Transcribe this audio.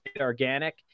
organic